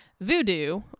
voodoo